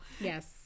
Yes